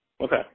Okay